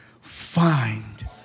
find